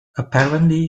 apparently